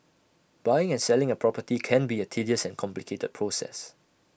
buying and selling A property can be A tedious and complicated process